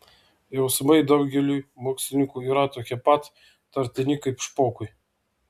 jausmai daugeliui mokslininkų yra tokie pat įtartini kaip špokui